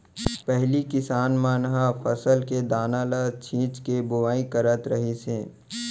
पहिली किसान मन ह फसल के दाना ल छिंच के बोवाई करत रहिस हे